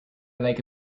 like